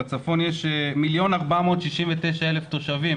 בצפון יש 1,469,000 תושבים